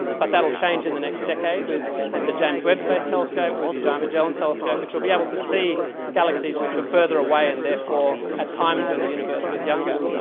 but that will change in the next decade with the james webb space telescope, with the giant magellan telescope, we'll be able to see galaxies which are further away and therefore at times when the universe was younger.